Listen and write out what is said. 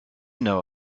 know